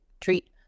treat